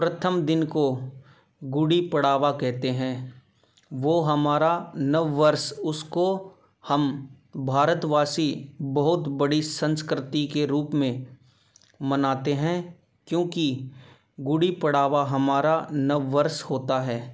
प्रथम दिन को गुड़ी पड़ावा कहते हैं वो हमारा नव वर्ष उसको हम भारतवासी बहुत बड़ी संस्कृति के रूप में मनाते हैं क्योंकि गुड़ी पड़ावा हमारा नव वर्ष होता है